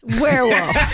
Werewolf